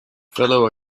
fellow